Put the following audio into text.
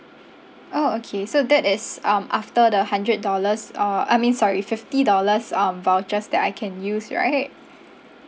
orh okay so that is um after the hundred dollars uh I mean sorry fifty dollars um vouchers that I can use right